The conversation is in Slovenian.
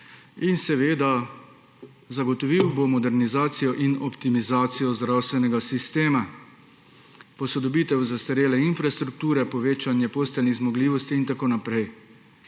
in zagotovil bo modernizacijo in optimizacijo zdravstvenega sistema, posodobitev zastarele infrastrukture, povečanje posteljnih zmogljivosti in tako naprej.